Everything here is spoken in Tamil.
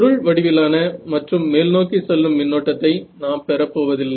சுருள் வடிவிலான மற்றும் மேல் நோக்கி செல்லும் மின்னோட்டத்தை நாம் பெறப்போவதில்லை